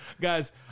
Guys